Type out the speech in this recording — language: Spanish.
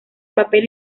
papel